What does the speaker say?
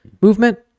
movement